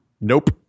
Nope